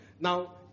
Now